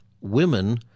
women